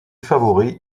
favori